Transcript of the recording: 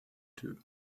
two